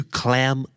clam